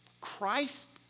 Christ